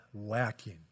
lacking